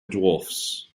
dwarfs